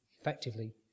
effectively